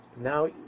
Now